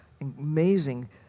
amazing